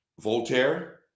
Voltaire